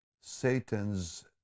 Satan's